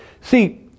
See